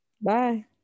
Bye